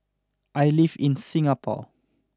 I live in Singapore